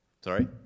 Sorry